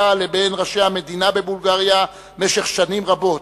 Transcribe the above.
לבין ראשי המדינה בבולגריה במשך שנים רבות.